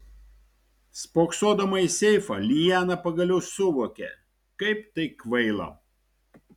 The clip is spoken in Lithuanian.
spoksodama į seifą liana pagaliau suvokė kaip tai kvaila